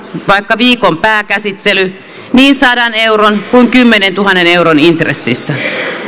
vaikka viikon pääkäsittely niin sadan euron kuin kymmenentuhannen euron intressissä